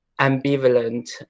ambivalent